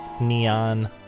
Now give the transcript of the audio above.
neon